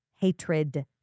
hatred